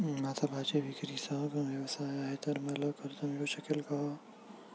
माझा भाजीविक्रीचा व्यवसाय आहे तर मला कर्ज मिळू शकेल का?